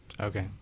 okay